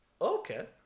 Okay